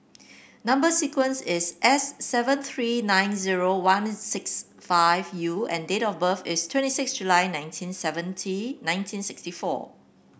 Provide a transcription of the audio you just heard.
number sequence is S seven three nine zero one six five U and date of birth is twenty six July nineteen seventy nineteen sixty four